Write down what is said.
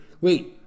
Wait